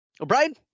O'Brien